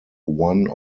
one